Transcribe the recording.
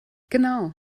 genau